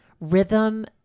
rhythm